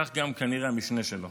כך גם כנראה המשנה שלו.